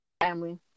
family